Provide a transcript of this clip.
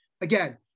again